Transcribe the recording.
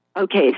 Okay